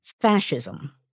fascism